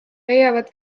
leiavad